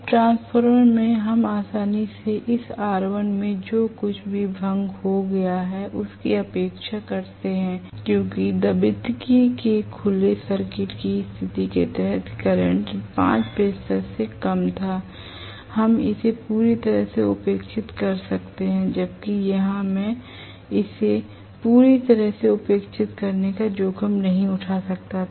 अब ट्रांसफार्मर में हम आसानी से इस R1 में जो कुछ भी भंग हो गया था उसकी उपेक्षा करते हैं क्योंकि द्वितीयक के खुले सर्किट की स्थिति के तहत करंट 5 प्रतिशत से कम था हम इसे पूरी तरह से उपेक्षित कर सकते हैं जबकि यहां मैं इसे पूरी तरह से उपेक्षा करने का जोखिम नहीं उठा सकता